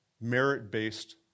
merit-based